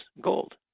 gold